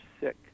sick